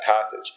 passage